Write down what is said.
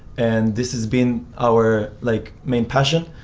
and this has been our like main passion.